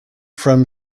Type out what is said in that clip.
from